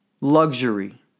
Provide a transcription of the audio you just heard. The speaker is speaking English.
luxury